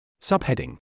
Subheading